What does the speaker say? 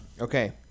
Okay